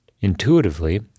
Intuitively